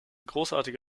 großartige